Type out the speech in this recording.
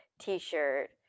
t-shirt